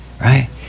Right